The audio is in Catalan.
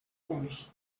punts